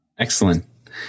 Excellent